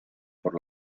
por